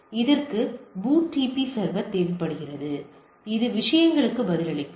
இதற்கு BOOTP server தேவைப்படுகிறது இது விஷயங்களுக்கு பதிலளிக்கும்